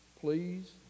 please